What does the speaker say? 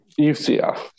UCF